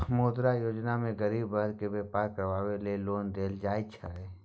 मुद्रा योजना मे गरीब बर्ग केँ बेपार करबाक लेल लोन देल जाइ छै